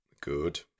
good